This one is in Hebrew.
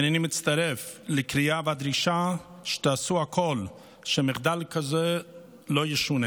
הינני מצטרף לקריאה ולדרישה שתעשו הכול כדי שמחדל כזה לא יישנה.